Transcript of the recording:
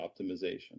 optimization